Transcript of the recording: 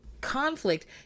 conflict